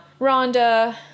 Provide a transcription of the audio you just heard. Rhonda